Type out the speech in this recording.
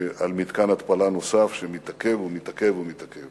על מתקן התפלה נוסף, שמתעכב, מתעכב ומתעכב